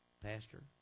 Pastor